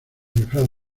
disfraz